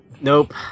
Nope